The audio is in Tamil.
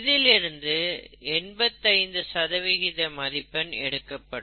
இதிலிருந்து 85 மதிப்பெண் எடுக்கப்படும்